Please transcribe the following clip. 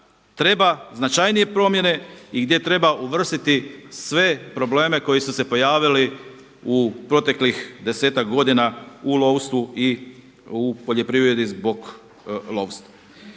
treba značajnije promjene i gdje treba uvrstiti sve probleme koji su se pojavili u proteklih desetak godina u lovstvu i u poljoprivredi zbog lovstva.